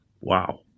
Wow